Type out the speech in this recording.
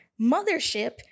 mothership